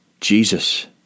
Jesus